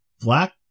black